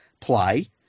play